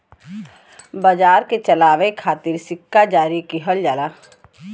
बाजार के चलावे खातिर सिक्का जारी किहल जाला